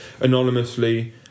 anonymously